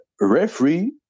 referee